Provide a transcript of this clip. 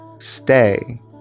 stay